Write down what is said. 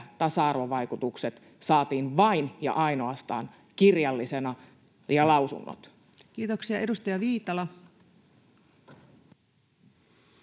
tasa-arvolausunnot saatiin vain ja ainoastaan kirjallisina. Kiitoksia. — Edustaja Viitala.